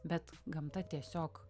bet gamta tiesiog